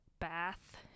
bath